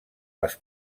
les